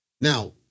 Now